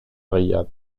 riyad